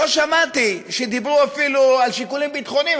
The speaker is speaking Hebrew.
לא שמעתי שדיברו אפילו על שיקולים ביטחוניים.